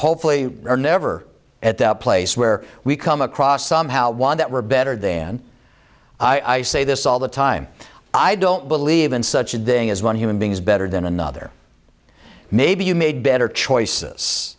hopefully are never at the place where we come across somehow one that we're better than i say this all the time i don't believe in such a thing as one human being is better than another maybe you made better choices